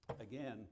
Again